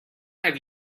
have